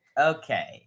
Okay